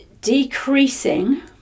decreasing